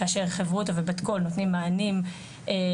כאשר חברותא ובת קול נותנים מענים אישיים,